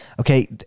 Okay